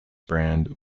brand